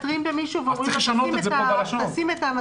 אז צריך לשנות את נוסח הצעת החוק.